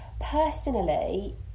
personally